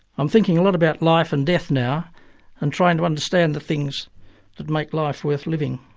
i'm thinking a lot about life and death now and trying to understand the things that make life worth living.